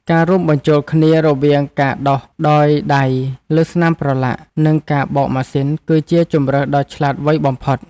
ការរួមបញ្ចូលគ្នារវាងការដុសដោយដៃលើស្នាមប្រឡាក់ និងការបោកម៉ាស៊ីន គឺជាជម្រើសដ៏ឆ្លាតវៃបំផុត។